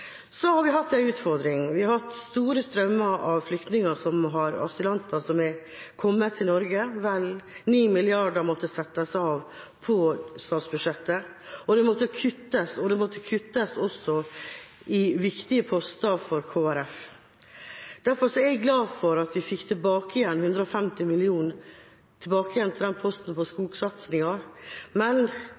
Så har vi hatt en utfordring. Vi har hatt store strømmer av flyktninger og asylanter som har kommet til Norge, og vel 9 mrd. kr måtte settes av på statsbudsjettet. Det måtte kuttes, og det måtte kuttes også i viktige poster for Kristelig Folkeparti. Derfor er jeg glad for at vi fikk tilbake 150 mill. kr på posten for skogsatsing, men